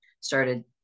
started